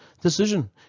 decision